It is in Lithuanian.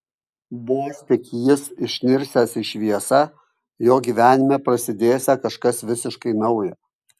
vos tik jis išnirsiąs į šviesą jo gyvenime prasidėsią kažkas visiškai nauja